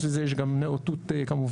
חוץ מזה יש גם נאותות כמובן